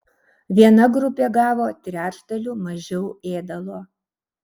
viena grupė gavo trečdaliu mažiau ėdalo